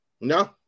no